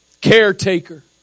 caretaker